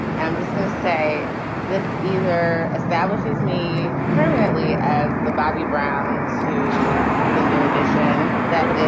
i'm just going to say this either establishes me permanently as the bobby brown to the new edition that